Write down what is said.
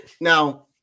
Now